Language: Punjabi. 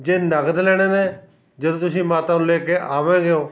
ਜੇ ਨਗਦ ਲੈਣੇ ਨੇ ਜਦੋਂ ਤੁਸੀਂ ਮਾਤਾ ਨੂੰ ਲੈ ਕੇ ਆਵੇਂਗਿਓ